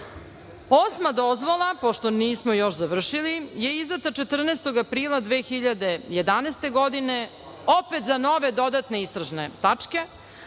dozvola, pošto nismo još završili, je izdata 14. aprila 2011. godine opet za nove dodatne istražne tačke,